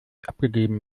abgegeben